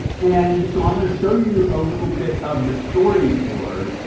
and so i'm going to show you a little bit of the storyboard.